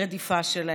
רדיפה שלהם.